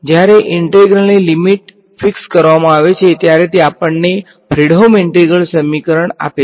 જ્યારે ઈંટેગ્રેશન ની limit fix કરવામાં આવે છે ત્યારે તે આપણને ફ્રેડહોમ ઈન્ટેગ્રલ સમીકરણ આપે છે